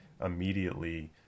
immediately